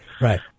Right